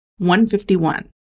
151